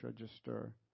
register